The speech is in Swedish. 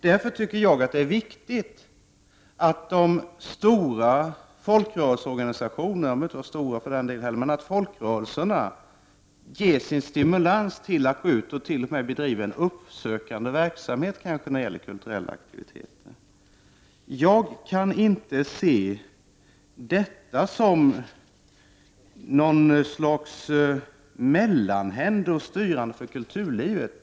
Därför tycker jag att det är viktigt att de stora folkrörelseorganisationerna — de behöver i och för sig vara stora — ges en stimulans till att gå ut och bedriva t.o.m. uppsökande verksamhet när det gäller kulturella aktiviteter. Jag kan inte se detta som något slags styrande mellanhänder för kulturlivet.